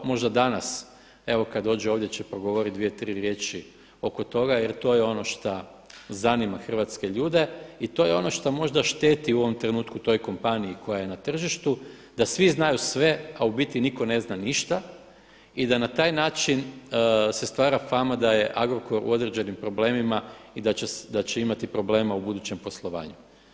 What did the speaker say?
Možda danas evo kada dođe ovdje će progovoriti 2, 3 riječi oko toga jer to je ono šta zanima hrvatske ljude i to je ono što možda šteti u ovom trenutku toj kompaniji koja je na tržištu da svi znaju sve a u biti nitko ne zna ništa i da na taj način se stvara fama da je Agrokor u određenim problemima i da će imati problema u budućem poslovanju.